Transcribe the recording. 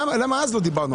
למה אז לא דיברנו על זה?